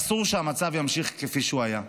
אסור שהמצב יימשך כפי שהיה.